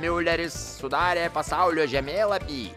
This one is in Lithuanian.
miuleris sudarė pasaulio žemėlapį